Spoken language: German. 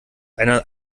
einer